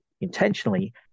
intentionally